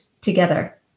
together